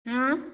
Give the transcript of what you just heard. ହଁ